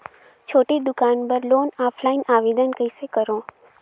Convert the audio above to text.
छोटे दुकान बर लोन ऑफलाइन आवेदन कइसे करो?